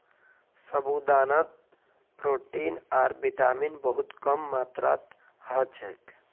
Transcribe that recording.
साबूदानात प्रोटीन आर विटामिन बहुत कम मात्रात ह छेक